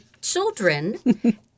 children